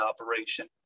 operation